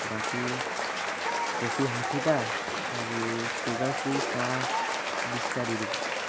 বাকী কফি ষাঠিটা আৰু ছুগাৰ ফ্ৰী চাহ বিছটা দি দিব